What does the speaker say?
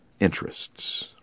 interests